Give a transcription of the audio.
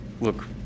look